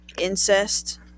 incest